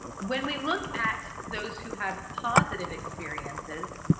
when we look at those who have positive experiences,